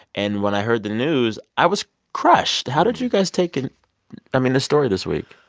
and when i heard the news, i was crushed. how did you guys take, and i mean, the story this week?